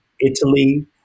Italy